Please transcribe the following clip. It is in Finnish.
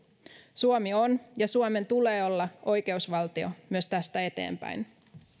suomi on ja suomen tulee olla oikeusvaltio myös tästä eteenpäin